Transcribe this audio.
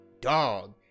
dog